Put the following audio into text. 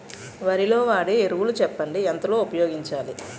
వరిలో వాడే ఎరువులు చెప్పండి? ఎంత లో ఉపయోగించాలీ?